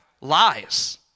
lies